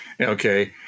Okay